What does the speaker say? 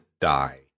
die